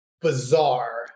bizarre